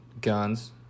guns